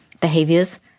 behaviors